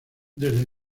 desde